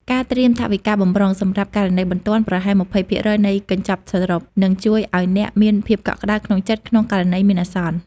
ការត្រៀមថវិកាបម្រុងសម្រាប់ករណីបន្ទាន់ប្រហែល ២០ ភាគរយនៃកញ្ចប់សរុប នឹងជួយឱ្យអ្នកមានភាពកក់ក្តៅក្នុងចិត្តក្នុងករណីមានអាសន្ន។